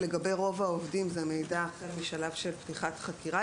לגבי רוב העובדים זה באמת מידע החל מהשלב של פתיחת חקירה,